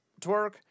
twerk